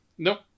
Nope